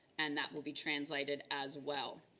and that will be translated as well.